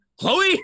Chloe